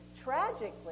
tragically